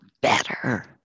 better